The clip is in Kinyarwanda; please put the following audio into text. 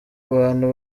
abantu